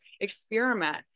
experiment